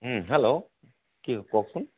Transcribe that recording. hello কি কওকচোন